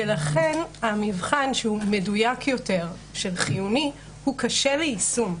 לכן, המבחן שהוא מדויק יותר של חיוני, קשה ליישום.